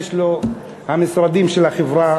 יש לו המשרדים של החברה,